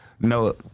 No